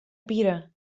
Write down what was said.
pira